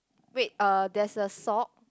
wait uh there's a sock